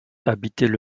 habitaient